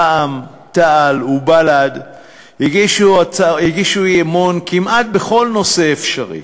רע"ם-תע"ל ובל"ד הגישו אי-אמון כמעט בכל נושא אפשרי,